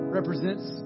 Represents